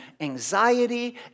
anxiety